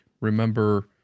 remember